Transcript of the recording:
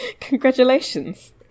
Congratulations